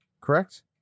correct